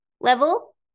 level